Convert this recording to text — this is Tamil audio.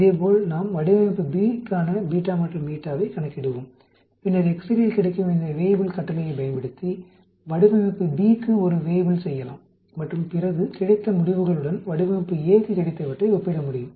இதேபோல் நாம் வடிவமைப்பு B க்கான β மற்றும் η வைக் கணக்கிடுவோம் பின்னர் எக்செல்லில் கிடைக்கும் இந்த வேய்புல் கட்டளையைப் பயன்படுத்தி வடிவமைப்பு B க்கு ஒரு வேய்புல் செய்யலாம் மற்றும் பிறகு கிடைத்த முடிவுகளுடன் வடிவமைப்பு A க்கு கிடைத்தவற்றை ஒப்பிட முடியும்